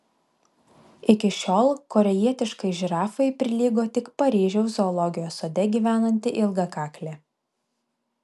iki šiol korėjietiškai žirafai prilygo tik paryžiaus zoologijos sode gyvenanti ilgakaklė